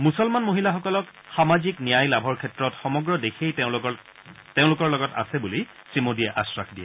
মুছলমান মহিলাসকলক সামাজিক ন্যায় লাভৰ ক্ষেত্ৰত সমগ্ৰ দেশেই তেওঁলোকৰ লগত আছে বুলি শ্ৰীমোডীয়ে আখাস দিয়ে